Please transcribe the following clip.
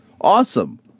awesome